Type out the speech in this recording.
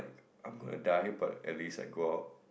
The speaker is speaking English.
I am going to die but at least I go out